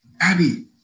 Abby